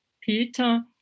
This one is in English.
Peter